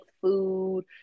Food